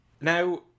Now